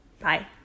Bye